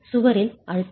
சுவரில் அழுத்தங்கள்